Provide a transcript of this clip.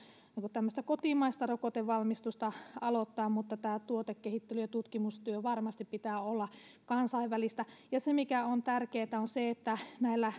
tämmöistä kotimaista rokotevalmistusta aloittaa mutta tämän tuotekehittely ja tutkimustyön varmasti pitää olla kansainvälistä se mikä on tärkeätä on että näillä